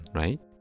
right